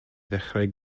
ddechrau